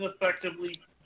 effectively